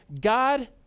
God